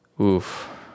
oof